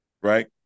right